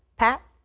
pat.